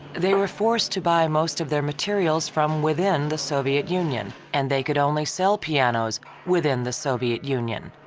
they were forced to buy most of their materials from within the soviet union and they could only sell pianos within the soviet union.